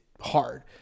hard